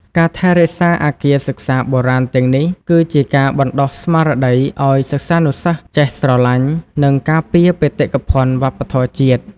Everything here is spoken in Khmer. ការថែរក្សាអគារសិក្សាបុរាណទាំងនេះ គឺជាការបណ្តុះស្មារតីឱ្យសិស្សានុសិស្សចេះស្រឡាញ់ និងការពារបេតិកភណ្ឌវប្បធម៌ជាតិ។